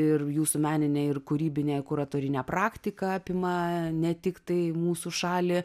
ir jūsų meninė ir kūrybinė kuratorinė praktika apima ne tiktai mūsų šalį